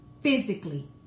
physically